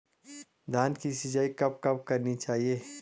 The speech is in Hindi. धान की सिंचाईं कब कब करनी चाहिये?